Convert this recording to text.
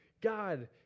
God